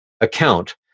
account